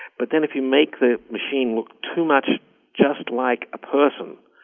but then if you make the machine look too much just like a person,